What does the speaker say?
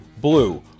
Blue